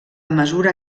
mesura